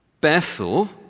Bethel